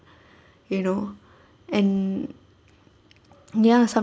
you know and ya